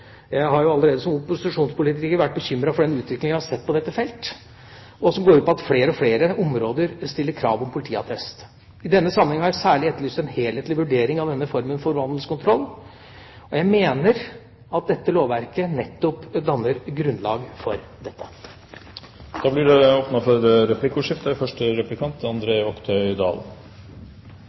Jeg har allerede som opposisjonspolitiker vært bekymret for den utviklinga jeg har sett på dette feltet, som går ut på at flere og flere områder stiller krav om politiattest. I denne sammenheng har jeg særlig etterlyst en helhetlig vurdering av denne formen for vandelskontroll. Jeg mener at dette lovverket nettopp danner et grunnlag for dette. Det blir replikkordskifte. Det pågår en debatt om datalagringsdirektivet, og